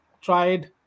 tried